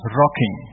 rocking